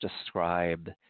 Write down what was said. describe